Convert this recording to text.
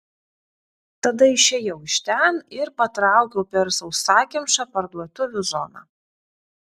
tada išėjau iš ten ir patraukiau per sausakimšą parduotuvių zoną